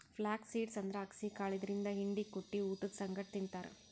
flax seed ಅಂದ್ರ ಅಗಸಿ ಕಾಳ್ ಇದರಿಂದ್ ಹಿಂಡಿ ಕುಟ್ಟಿ ಊಟದ್ ಸಂಗಟ್ ತಿಂತಾರ್